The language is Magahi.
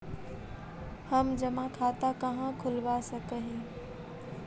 हम जमा खाता कहाँ खुलवा सक ही?